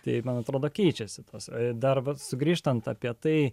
tai man atrodo keičiasi tas darbas sugrįžtant apie tai